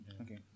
Okay